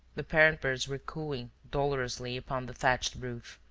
the parent-birds were cooing dolorously upon the thatched roof,